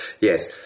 Yes